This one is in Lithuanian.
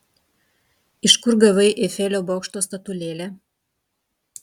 iš kur gavai eifelio bokšto statulėlę